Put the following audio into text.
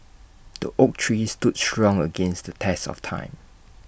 the oak tree stood strong against the test of time